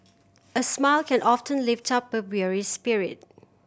a smile can often lift up a weary spirit